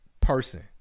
person